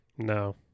No